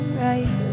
right